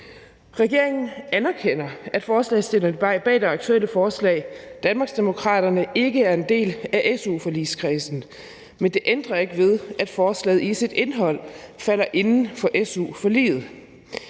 Regeringen anerkender, at forslagsstillerne bag det aktuelle forslag – Danmarksdemokraterne – ikke er en del af su-forligskredsen, men det ændrer ikke ved, at forslaget i sit indhold falder inden for su-forliget.